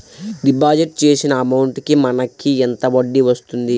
Deposit చేసిన amount కి మనకి ఎంత వడ్డీ వస్తుంది?